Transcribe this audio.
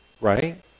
right